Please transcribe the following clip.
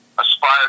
aspire